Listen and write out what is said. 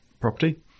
property